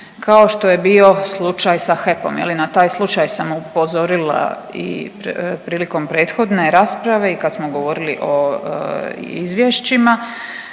kao što je bio slučaj sa HEP-om, je li, na taj slučaj sam upozorila i prilikom prethodne rasprave i kad smo govorili o izvješćima.